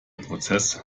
prozess